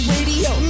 Radio